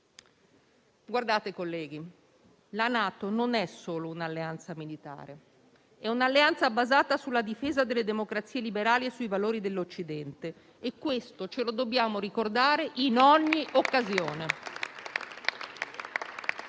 italiani? Colleghi, la NATO non è solo un'alleanza militare, è un'alleanza basata sulla difesa delle democrazie liberali e sui valori dell'Occidente, e questo ce lo dobbiamo ricordare in ogni occasione.